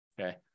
okay